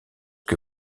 que